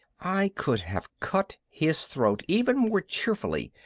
i could have cut his throat even more cheerfully,